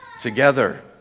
Together